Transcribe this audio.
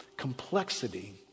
complexity